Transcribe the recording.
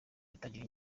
itagira